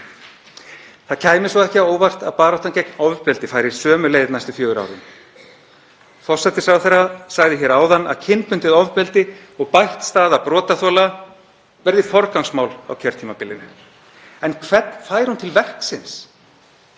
Það kæmi mér ekki á óvart að baráttan gegn ofbeldi færi sömu leið næstu fjögur árin. Forsætisráðherra sagði hér áðan að kynbundið ofbeldi og bætt staða brotaþola verði forgangsmál á kjörtímabilinu. En hvern fær hún til verksins?